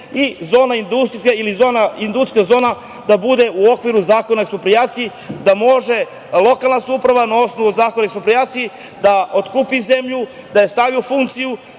i zona industrijska ili industrijska zona da bude u okviru Zakona o eksproprijaciji, da može lokalna samouprava na osnovu Zakona o eksproprijaciji da otkupi zemlju, da je stavi u funkciju